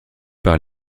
par